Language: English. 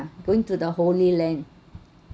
going to the holy land